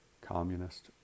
communist